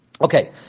Okay